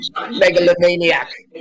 megalomaniac